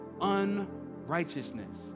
unrighteousness